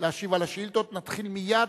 היה במצב הכן.